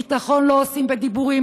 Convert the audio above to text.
ביטחון לא עושים בדיבורים,